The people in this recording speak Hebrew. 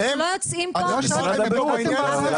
אנחנו לא יוצאים פה -- אתה באת לפה לשקר?